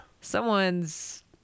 Someone's